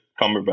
Cumberbatch